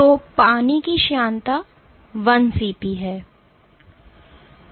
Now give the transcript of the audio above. तो पानी की श्यानता 1 cP है